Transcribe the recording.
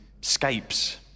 scapes